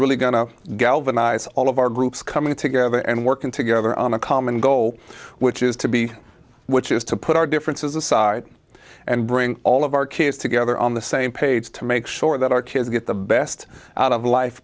really going to galvanize all of our groups coming together and working together on a common goal which is to be which is to put our differences aside and bring all of our kids together on the same page to make sure that our kids get the best out of life